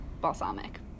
balsamic